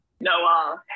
No